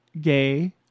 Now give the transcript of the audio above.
gay